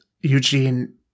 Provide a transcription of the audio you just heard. Eugene